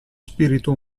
spirito